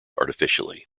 artificially